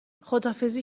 خداحافظی